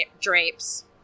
drapes